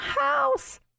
house